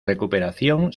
recuperación